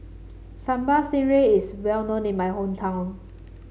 Sambal Stingray is well known in my hometown